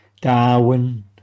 Darwin